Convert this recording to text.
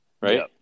Right